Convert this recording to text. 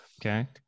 okay